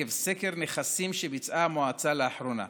עקב סקר נכסים שביצעה המועצה לאחרונה.